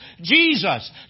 Jesus